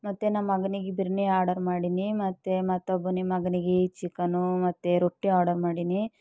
ಮತ್ತೆ ನಮ್ಮ ಮಗ್ನಿಗೆ ಬಿರಿಯಾನಿ ಆರ್ಡರ್ ಮಾಡೀನಿ ಮತ್ತೆ ಮತ್ತೊಬ್ಬನಿಗೆ ಮಗನಿಗೆ ಚಿಕನು ಮತ್ತು ರೊಟ್ಟಿ ಆರ್ಡರ್ ಮಾಡೀನಿ